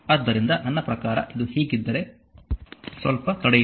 ಆದ್ದರಿಂದ ನನ್ನ ಪ್ರಕಾರ ಇದು ಹೀಗಿದ್ದರೆ ಸ್ವಲ್ಪ ತಡೆಯಿರಿ